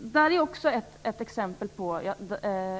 Det här är också ett exempel på